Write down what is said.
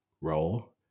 role